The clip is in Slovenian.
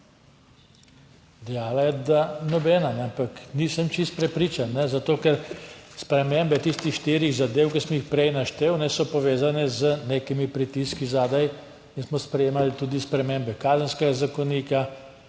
Dejala je, da nobena, ampak nisem čisto prepričan, zato ker spremembe tistih štirih zadev, ki sem jih prej naštel, so povezane z nekimi pritiski zadaj in smo sprejemali tudi spremembe Kazenskega zakonika,